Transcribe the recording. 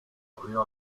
abrió